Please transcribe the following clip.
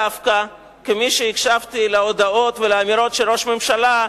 כמי שהקשבתי להודעות ולאמירות של ראש הממשלה,